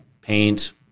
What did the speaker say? paint